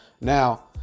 Now